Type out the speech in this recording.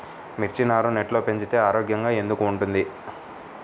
మిర్చి నారు నెట్లో పెంచితే ఆరోగ్యంగా ఎందుకు ఉంటుంది?